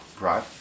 right